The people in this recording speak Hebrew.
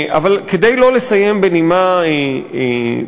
אבל כדי שלא לסיים בנימה פסימית,